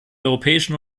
europäischen